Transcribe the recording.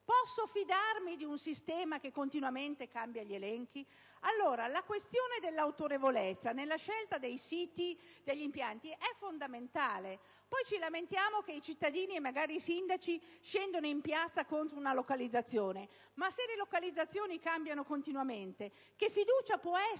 Posso fidarmi di un sistema che continuamente cambia gli elenchi? Allora, la questione dell'autorevolezza nella scelta dei siti degli impianti è fondamentale. Poi ci lamentiamo che i cittadini, e magari i sindaci, scendono in piazza contro una localizzazione. Ma se le localizzazioni cambiano continuamente che fiducia può esserci